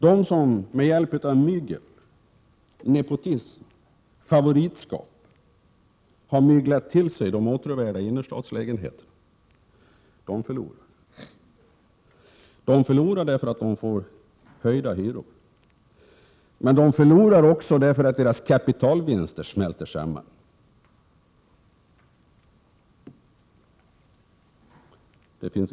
De som med hjälp av mygel, nepotism eller favoritskap har myglat till sig de åtråvärda innerstadslägenheterna förlorar. De förlorar därför att de får höjda hyror, men de förlorar också därför att deras kapitalvinster smälter samman.